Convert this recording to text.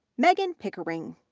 megan pickering.